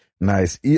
Nice